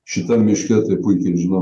šitam miške tai puikiai žinau